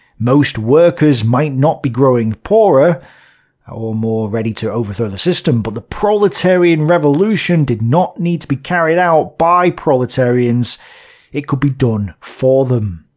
most workers might not be growing poorer or more ready to overthrow the system, but the proletarian revolution did not need to be carried out by proletarians it could be done for them!